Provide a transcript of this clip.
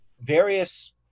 various